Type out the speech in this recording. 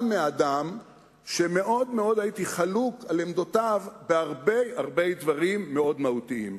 גם מאדם שמאוד מאוד הייתי חלוק על עמדותיו בהרבה דברים מאוד מהותיים.